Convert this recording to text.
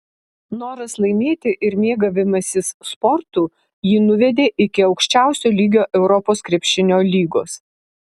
noras laimėti ir mėgavimasis sportu jį nuvedė iki aukščiausio lygio europos krepšinio lygos